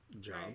job